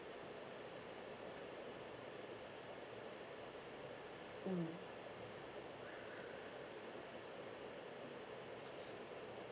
mm